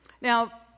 Now